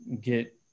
get